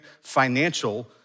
financial